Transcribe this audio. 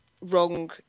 wrong